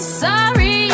sorry